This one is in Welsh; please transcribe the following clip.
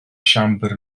siambr